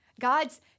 God's